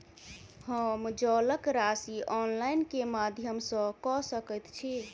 हम जलक राशि ऑनलाइन केँ माध्यम सँ कऽ सकैत छी?